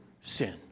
sin